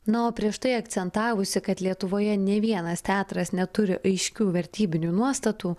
na o prieš tai akcentavusi kad lietuvoje nei vienas teatras neturi aiškių vertybinių nuostatų